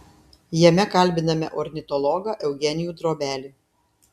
jame kalbiname ornitologą eugenijų drobelį